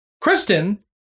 Kristen